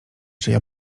czyja